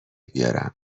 بیارم